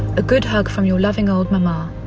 a good hug from your loving old mama.